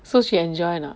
so she enjoy or not